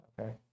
okay